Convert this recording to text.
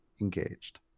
engaged